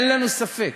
אין לנו ספק